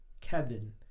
Kevin